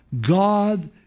God